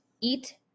eat